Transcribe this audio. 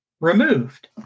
removed